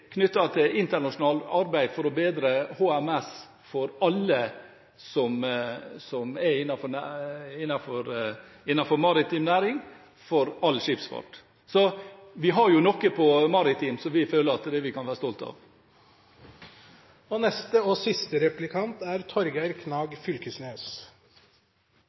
knyttet til internasjonalt arbeid for å bedre HMS for alle som er innenfor maritim næring, for all skipsfart. Så vi har noe på maritim som vi føler at vi kan være stolte av. Når ein les merknadene til budsjettet frå Venstre og Kristeleg Folkeparti, må ein lure på om dei er